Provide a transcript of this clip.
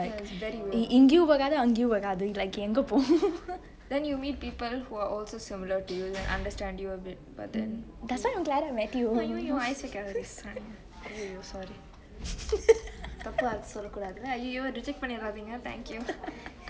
ya it's very weird then you meet people who are also similar to you and understand you a bit but then ஐயயோ ஐசு வைக்காதடி சனிய ஐயயோ:aiyayo icuu vaikathedi saniye aiyayo sorry தப்பா எது சொல்ல கூடாதில்ல ஐயயோ:tappa ethu solle koodathille aiyayo reject பன்னிராதிங்க:pannirathingge thank you